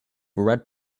red